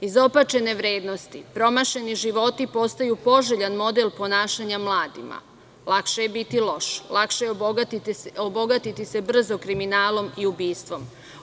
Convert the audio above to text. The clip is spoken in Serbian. Izopačene vrednosti, promašeni životi postaju poželjan model ponašanja mladima, lakše je biti loš, lakše je obogatiti se brzim kriminalom i ubistvom.